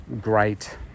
great